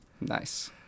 nice